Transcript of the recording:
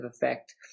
effect